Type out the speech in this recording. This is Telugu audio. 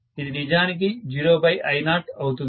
ఇది నిజానికి 0I0 అవుతుంది